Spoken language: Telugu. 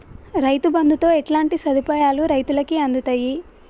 రైతు బంధుతో ఎట్లాంటి సదుపాయాలు రైతులకి అందుతయి?